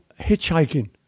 hitchhiking